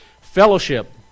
fellowship